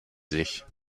sich